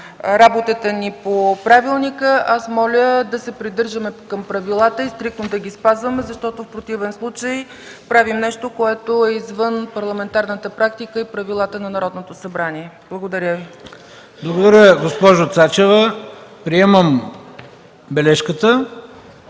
работата ни по правилника, моля да се придържаме към правилата и стриктно да ги спазваме, защото в противен случай правим нещо, което е извън парламентарната практика и правилата на Народното събрание. Благодаря. ПРЕДСЕДАТЕЛ ХРИСТО БИСЕРОВ: Благодаря, госпожо Цачева. Приемам бележката.